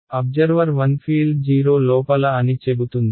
observer 1 field 0 లోపల అని చెబుతుంది